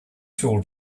tool